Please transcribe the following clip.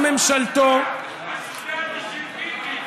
בשביל ביבי,